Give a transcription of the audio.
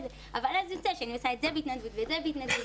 אבל אז יוצא שאני עושה את זה בהתנדבות ואת זה בהתנדבות.